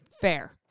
Fair